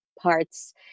parts